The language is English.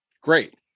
Great